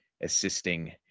assisting